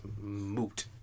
moot